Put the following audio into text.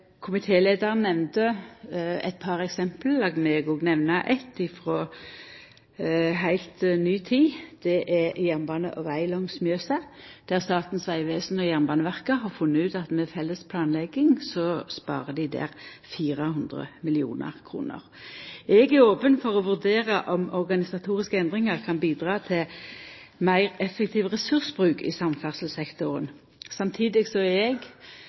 Komitéleiaren nemnde eit par eksempel. Lat meg òg nemna eitt, frå heilt ny tid. Det gjeld jernbane og veg langs Mjøsa, der Statens vegvesen og Jernbaneverket har funne ut at med felles planlegging sparar dei der 400 mill. kr. Eg er open for å vurdera om organisatoriske endringar kan bidra til meir effektiv ressursbruk i samferdselssektoren, samtidig som eg, som eg òg har skrive i brevet mitt, er